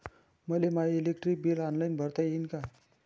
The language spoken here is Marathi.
मले माय इलेक्ट्रिक बिल ऑनलाईन भरता येईन का?